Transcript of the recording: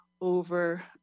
over